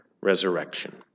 resurrection